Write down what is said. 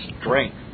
strength